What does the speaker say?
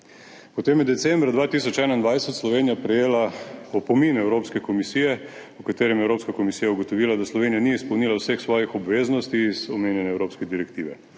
Potem je decembra 2021 Slovenija prejela opomin Evropske komisije, v katerem je Evropska komisija ugotovila, da Slovenija ni izpolnila vseh svojih obveznosti iz omenjene evropske direktive.